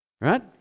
Right